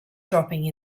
dropping